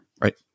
Right